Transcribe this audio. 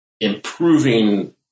improving